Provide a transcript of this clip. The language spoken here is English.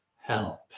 help